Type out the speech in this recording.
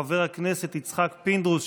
חבר הכנסת יצחק פינדרוס,